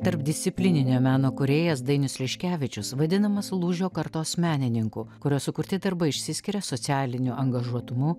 tarpdisciplininio meno kūrėjas dainius liškevičius vadinamas lūžio kartos menininku kurio sukurti darbai išsiskiria socialiniu angažuotumu